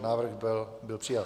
Návrh byl přijat.